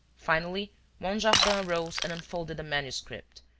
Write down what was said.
finally monjardin arose and unfolded a manuscript,